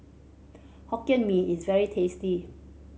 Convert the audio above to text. Hokkien Mee is very tasty